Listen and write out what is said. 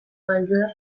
gailurrak